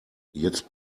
jetzt